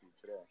today